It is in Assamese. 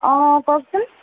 অঁ কওকচোন